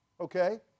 okay